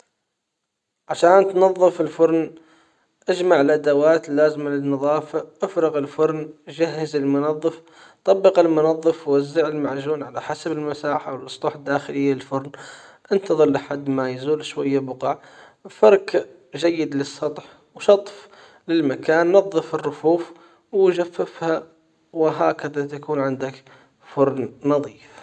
عشان تنظف الفرن تجمع الادوات اللازمة للنظافة افرغ الفرن جهز المنظف طبق المنظف ووزعه المعجون على حسب المساحة والاسطح الداخلية للفرن انتظر لحد ما يزول شوية بقع فرك جيد للسطح وشطف للمكان نظف الرفوف وجففها وهكذا تكون عندك فرن نظيف.